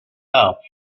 left